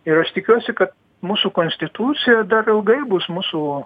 ir aš tikiuosi kad mūsų konstitucija dar ilgai bus mūsų